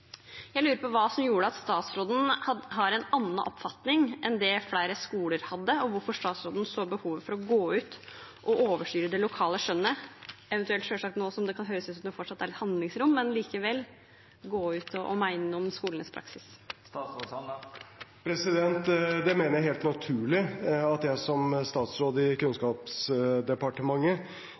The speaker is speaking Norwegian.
Jeg lurer på hva som gjorde at statsråden hadde en annen oppfatning enn det flere skoler hadde, og hvorfor statsråden så behovet for å gå ut og overstyre det lokale skjønnet – selv om det nå kan høres ut som om det fortsatt er et handlingsrom – og likevel mene noe om skolenes praksis. Jeg mener det er helt naturlig at jeg som statsråd i Kunnskapsdepartementet